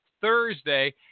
Thursday